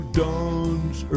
dawn's